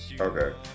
Okay